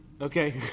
Okay